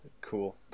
cool